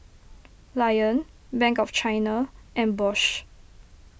Lion Bank of China and Bosch